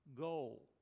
goal